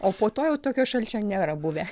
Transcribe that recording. o po to jau tokio šalčio nėra buvę